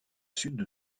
sud